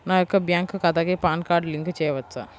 నా యొక్క బ్యాంక్ ఖాతాకి పాన్ కార్డ్ లింక్ చేయవచ్చా?